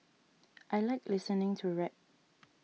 I like listening to rap